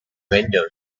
windows